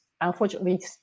unfortunately